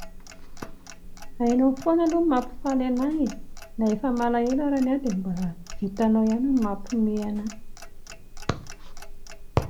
Hainao foana aloha ny mampifaly anà e, na efa malahelo ary aho dia mbola vitanao ihany ny mampiomehy anà